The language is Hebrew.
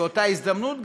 באותה הזדמנות,